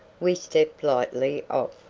we stepped lightly off.